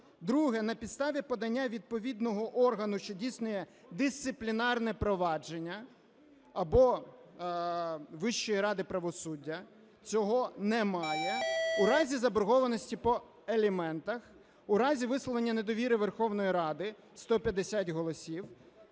Друге: на підставі подання відповідного органу, що здійснює дисциплінарне провадження або Вищої ради правосуддя Цього немає. У разі заборгованості по аліментах. У разі висловлення недовіри Верховної Ради – 150 голосів.